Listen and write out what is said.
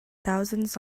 thousands